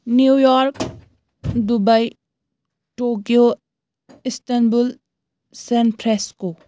New York Dubai Tokyo Istanbul San Francisco